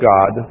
God